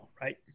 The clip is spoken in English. right